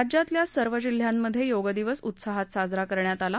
राज्यातल्या सर्व जिल्ह्यांमधे योगदिन उत्साहात साजरा करण्यात आला